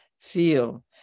feel